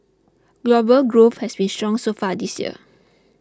global growth has been strong so far this year